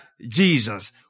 Jesus